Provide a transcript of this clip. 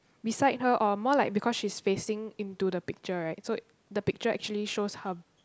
beside her or more like because she's facing into the picture right so the picture actually shows her